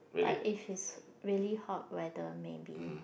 but if it's really hot weather maybe